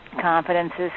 Confidences